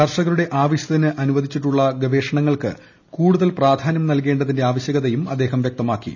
കർഷകരുടെ ആവശ്യത്തിന് അനുവദിച്ചിട്ടുള്ള ഗവേഷണങ്ങൾക്ക് കൂടുതൽ പ്രാധാന്യം നൽകേണ്ടതിന്റെ ആവശ്യകതയും അദ്ദേഹം വ്യക്തമാക്കി